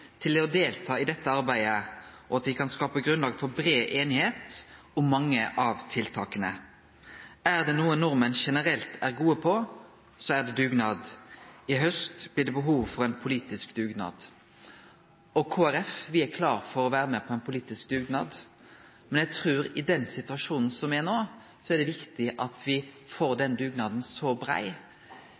til å delta i dette arbeidet, og at vi kan skape grunnlag for bred enighet om mange av tiltakene. Er det noe nordmenn generelt er gode på, er det dugnad. I høst blir det behov for en politisk dugnad.» Kristeleg Folkeparti er klar for å vere med på ein politisk dugnad, men eg trur at i den situasjonen som er no, er det viktig at me får